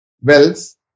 wells